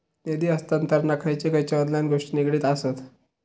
निधी हस्तांतरणाक खयचे खयचे ऑनलाइन गोष्टी निगडीत आसत?